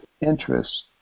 interest